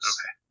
Okay